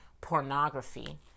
pornography